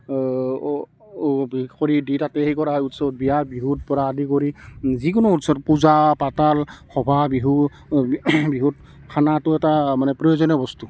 কৰি দি তাতে সেই কৰা হয় উৎসৱ বিয়া বিহুৰ পৰা আদি কৰি যিকোনো উৎসৱ পূজা পাতাল সভা বিহু বিহুত খানাটো এটা মানে প্ৰয়োজনীয় বস্তু